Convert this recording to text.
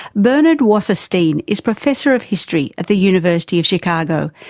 bernard wasserstein is professor of history at the university of chicago,